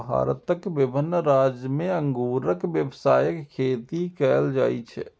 भारतक विभिन्न राज्य मे अंगूरक व्यावसायिक खेती कैल जाइ छै